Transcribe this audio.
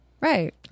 Right